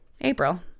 April